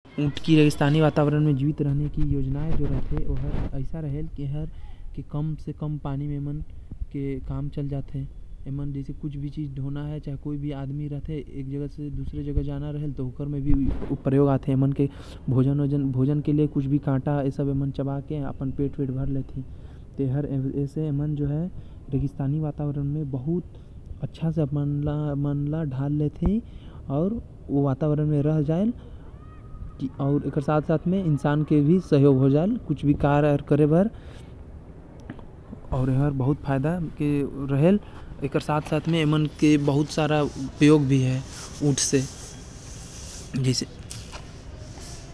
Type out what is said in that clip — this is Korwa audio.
ऊंट के कूट योजनाएं ओकर अपन शारीरिक रचना के बहुत महत्व होथे होही बे ओला रेगिस्तानी जहाज भी कथे ऊंट कम पानी अउ कटीली झाड़ झाँखाड़ खा के रह लेथे एही बर ओ हर इंसान के भी काम आथे परिवहन, दूध और खाये बर।